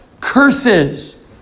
curses